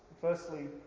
firstly